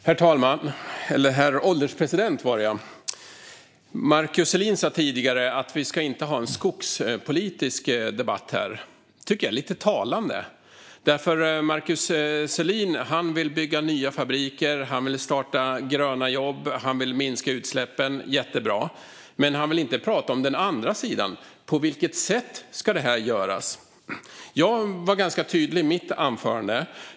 Herr ålderspresident! Markus Selin sa tidigare att vi inte skulle ha en skogspolitisk debatt här. Det är lite talande. Markus Selin vill bygga nya fabriker, han vill starta gröna jobb och han vill minska utsläppen - jättebra! Men han vill inte prata om den andra sidan, om på vilket sätt det ska göras. Jag var ganska tydlig i mitt anförande.